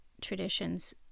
traditions